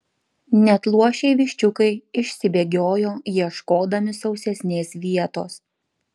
net luošiai viščiukai išsibėgiojo ieškodami sausesnės vietos